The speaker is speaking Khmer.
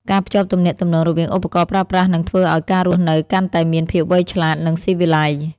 ការភ្ជាប់ទំនាក់ទំនងរវាងឧបករណ៍ប្រើប្រាស់នឹងធ្វើឱ្យការរស់នៅកាន់តែមានភាពវៃឆ្លាត និងស៊ីវិល័យ។